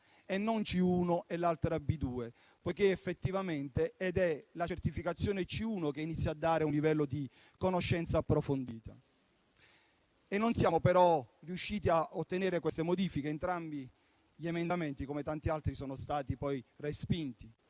e non B2, poiché effettivamente è la C1 che certifica un livello di conoscenza approfondita. Non siamo però riusciti a ottenere queste modifiche. Entrambi gli emendamenti, come tanti altri, sono stati poi respinti.